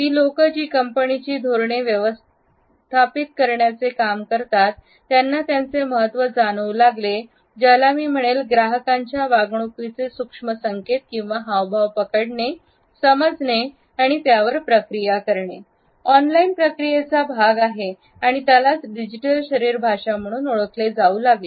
ती लोक जी कंपनीची धोरणे व्यवस्थापित करण्याचे काम करतात त्यांना याचे महत्त्व जाणवू लागले ज्याला मी म्हणेल "ग्राहकांच्या वागणुकीचे सूक्ष्म संकेत किंवा हावभाव पकडणे समजणे आणि त्यावर प्रक्रिया करणे " ऑनलाइन प्रक्रियेचा भाग आहेत आणि त्यालाच डिजिटल शरीर भाषा म्हणून ओळखले जाऊ लागले